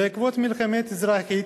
בעקבות מלחמת אזרחים